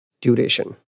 duration